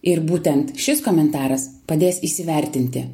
ir būtent šis komentaras padės įsivertinti